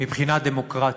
מבחינה דמוקרטית.